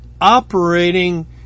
operating